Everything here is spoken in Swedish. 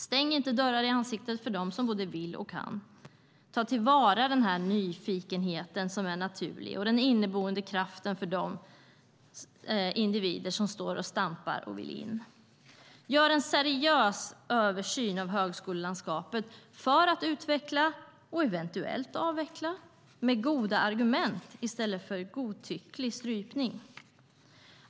Stäng inte dörren i ansiktet på dem som både vill och kan. Ta till vara den naturliga nyfikenheten och den inneboende kraften hos de individer som står och stampar och vill in. Gör en seriös översyn av högskolelandskapet för att kunna utveckla, och eventuellt avveckla, med goda argument i stället för godtycklig strypning.